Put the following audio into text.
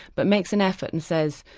but makes an effort and says,